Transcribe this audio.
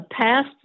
passed